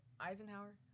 Eisenhower